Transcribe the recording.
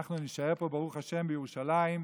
אנחנו נישאר פה, ברוך השם, בירושלים.